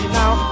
now